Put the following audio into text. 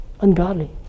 ungodly